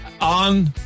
on